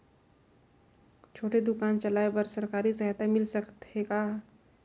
छोटे दुकान चलाय बर सरकारी सहायता मिल सकत हे का?